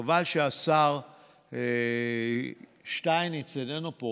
חבל שהשר שטייניץ איננו פה,